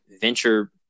venture